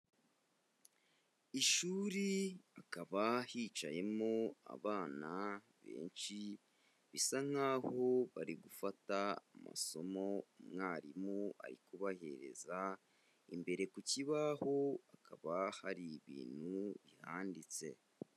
Ishuri hakaba hicayemo abana benshi bisa nkaho bari gufata amasomo umwarimu ari kubahereza, imbere ku kibaho hakaba hari ibintu yahanditse.